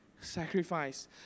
sacrifice